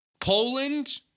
Poland